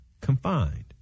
Confined